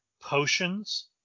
potions